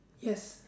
yes